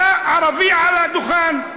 עלה ערבי על הדוכן,